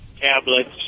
tablets